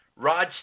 Rod